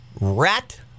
rat